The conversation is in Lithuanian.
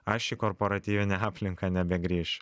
aš į korporatyvinę aplinką nebegrįšiu